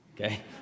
okay